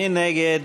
מי נגד?